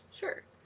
Sure